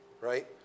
right